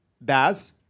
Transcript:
Baz